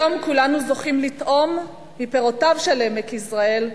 היום כולנו זוכים לטעום מפירותיו של עמק יזרעאל,